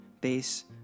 bass